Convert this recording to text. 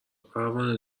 پروانه